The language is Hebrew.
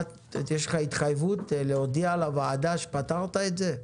יש לך התחייבות להודיע לוועדה שפתרת את זה?